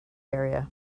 area